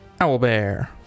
Owlbear